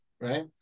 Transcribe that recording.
right